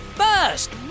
first